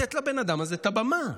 לתת לבן האדם הזה את הבמה?